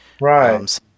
Right